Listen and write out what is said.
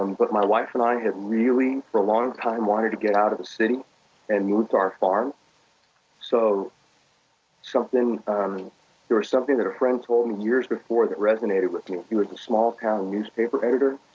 um but my wife and i had really, for a long time, wanted to get out of the city and move to our farm so um there was something that a friend told me years before that resonated with me. he was a small town newspaper editor.